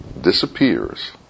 disappears